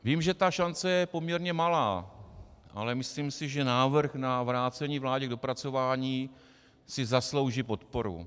Vím, že šance je poměrně malá, ale myslím si, že návrh na vrácení vládě k dopracování si zaslouží podporu.